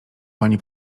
pani